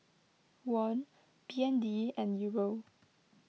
Won B N D and Euro